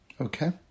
Okay